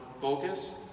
focus